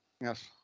Yes